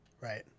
Right